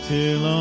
Till